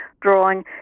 drawing